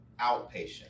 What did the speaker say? outpatient